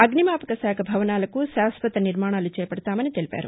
అగ్నిమాపక శాఖ భవనాలకు శాశ్వత నిర్మాణాలు చేపడతామని తెలిపారు